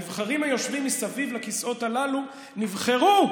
הנבחרים היושבים מסביב בכיסאות הללו נבחרו,